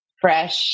fresh